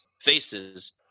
faces